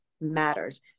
matters